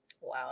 Wow